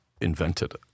invented